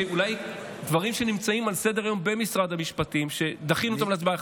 ואולי דברים שנמצאים על סדר-היום במשרד המשפטים שדחינו אותם להצבעה,